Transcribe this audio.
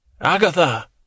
Agatha